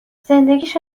زندگیش